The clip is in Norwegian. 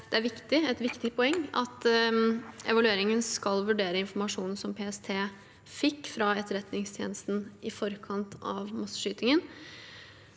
– som et viktig poeng – at evalueringen skal vurdere informasjonen PST fikk fra Etterretningstjenesten i forkant av masseskytingen.